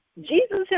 Jesus